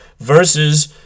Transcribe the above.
versus